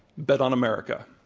bet on america.